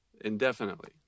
indefinitely